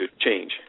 change